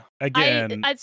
again